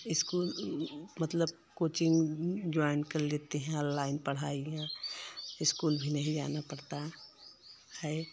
school मतलब coaching join कर लेते हैं आनलाइन पढ़ाईयाँ इस्कूल भी नहीं जाना पड़ता है